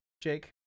Jake